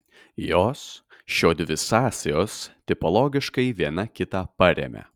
jos šiodvi sąsajos tipologiškai viena kitą paremia